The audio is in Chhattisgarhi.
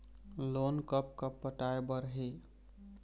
लोन कब कब पटाए बर हे?